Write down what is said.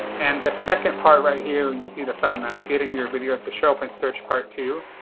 and the second part right here you see the thumbnail getting your videos to show up in search part two.